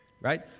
right